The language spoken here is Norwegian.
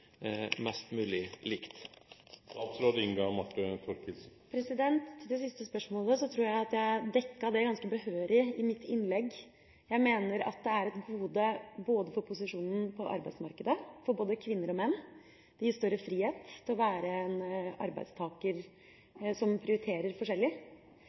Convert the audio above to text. mest mulig likt? Det siste spørsmålet tror jeg at jeg dekket ganske behørig i mitt innlegg. Jeg mener det er et gode for både kvinner og menns posisjon på arbeidsmarkedet. Det gir større frihet til å være en arbeidstaker som prioriterer forskjellig,